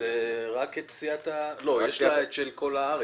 לצורך העניין יש לה את של כל הארץ.